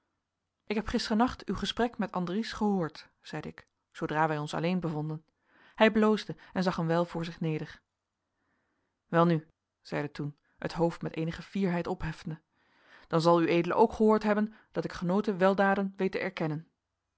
ik heb gisternacht uw gesprek met andries gehoord zeide ik zoodra wij ons alleen bevonden hij bloosde en zag een wijl voor zich neder welnu zeide toen het hoofd met eenige fierheid opheffende dan zal ued ook gehoord hebben dat ik genoten weldaden weet te erkennen